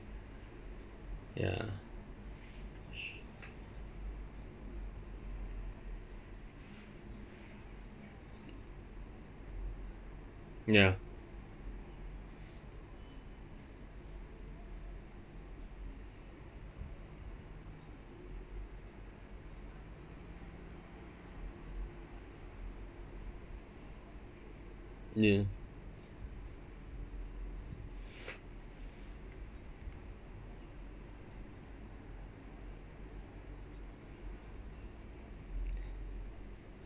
ya ya ya